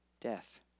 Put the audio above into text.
death